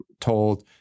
told